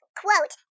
quote